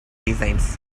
designs